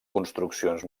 construccions